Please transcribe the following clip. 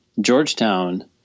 Georgetown